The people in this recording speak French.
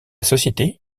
société